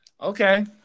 Okay